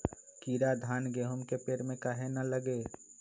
कीरा धान, गेहूं के पेड़ में काहे न लगे?